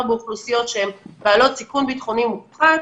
באוכלוסיות שהן בעלות סיכון ביטחוני מופחת,